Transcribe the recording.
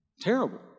terrible